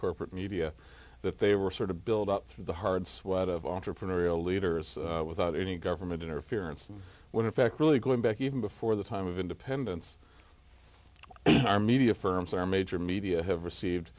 corporate media that they were sort of build up through the hard sweat of entrepreneurial leaders without any government interference when in fact really going back even before the time of independence our media firms our major media have received